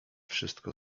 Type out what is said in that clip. wszystko